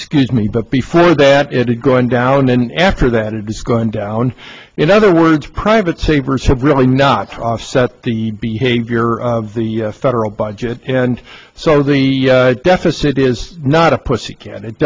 not used me but before that it had gone down and after that it was going down in other words private savers have really not offset the behavior of the federal budget and so the deficit is not a pussycat